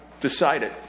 decided